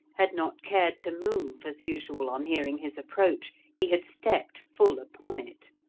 had not cared to move as usual on hearing his approach he had stepped full upon it.